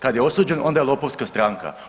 Kada je osuđen onda je lopovska stranka.